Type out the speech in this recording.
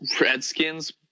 Redskins